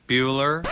Bueller